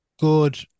Good